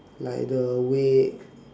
like the way